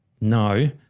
No